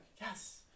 yes